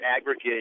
aggregate